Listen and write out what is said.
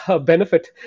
benefit